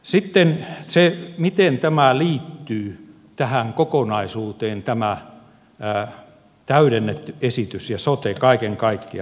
sitten se miten tämä täydennetty esitys ja sote liittyvät tähän kokonaisuuteen kaiken kaikkiaan